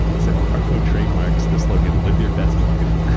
so harpo trademarks the slogan live your best life.